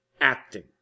acting